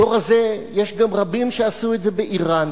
בדור הזה יש גם רבים שעשו את זה באירן.